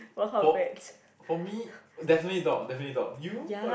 for for me definitely dog definitely dog you what